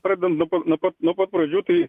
pradedant nuo pat nuo pat nuo pat pradžių tai